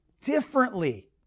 differently